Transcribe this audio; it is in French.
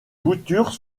boutures